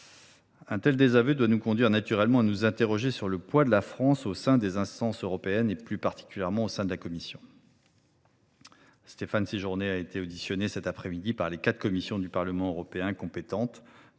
Un tel désaveu nous conduit naturellement à nous interroger sur le poids de la France au sein des instances européennes, en particulier de la Commission. Stéphane Séjourné a été auditionné cet après midi par les quatre commissions du Parlement européen compétentes,